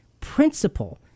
principle